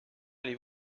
allez